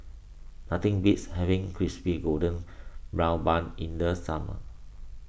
nothing beats having Crispy Golden Brown Bun in the summer